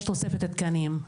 יש תוספת תקנים.